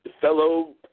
fellow